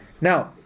Now